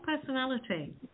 personality